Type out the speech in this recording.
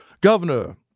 Governor